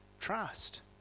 Trust